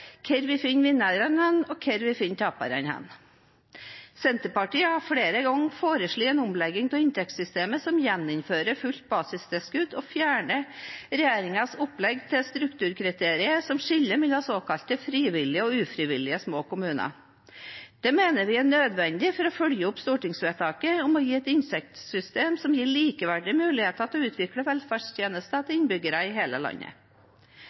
hvor vi finner vinnerne, og hvor vi finner taperne. Senterpartiet har flere ganger foreslått en omlegging av inntektssystemet som gjeninnfører fullt basistilskudd og fjerner regjeringens opplegg til strukturkriterier som skiller mellom såkalte frivillig og ufrivillig små kommuner. Det mener vi er nødvendig for å følge opp stortingsvedtaket om å gi oss et inntektssystem som gir likeverdige muligheter til å utvikle velferdstjenester til innbyggerne. Prioriteringene innad i